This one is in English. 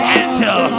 angel